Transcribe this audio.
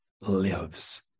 lives